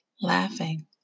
laughing